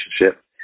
relationship